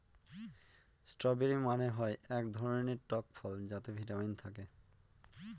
strawberry মানে হয় এক ধরনের টক ফল যাতে ভিটামিন থাকে